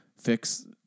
fix